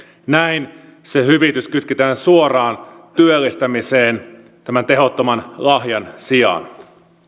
näin se hyvitys kytketään suoraan työllistämiseen tämän tehottoman lahjan sijaan